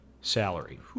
salary